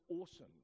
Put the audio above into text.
awesome